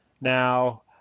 now